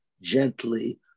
Gently